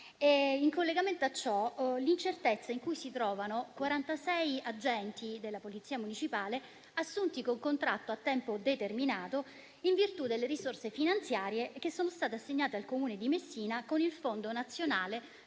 in collegamento a ciò, l'incertezza in cui si trovano 46 agenti della Polizia municipale, assunti con contratto a tempo determinato, in virtù delle risorse finanziarie che sono state assegnate al Comune di Messina con il Fondo nazionale